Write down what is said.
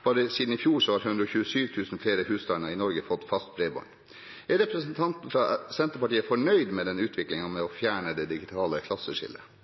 bare siden i fjor har 127 000 flere husstander i Norge fått fast bredbånd. Er representanten fra Senterpartiet fornøyd med utviklingen med å fjerne det digitale klasseskillet?